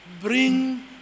bring